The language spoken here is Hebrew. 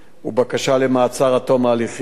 ובקשה למעצר עד תום ההליכים.